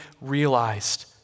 realized